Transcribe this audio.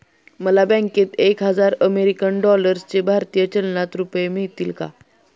मला बँकेत एक हजार अमेरीकन डॉलर्सचे भारतीय चलनात रुपये मिळतील का?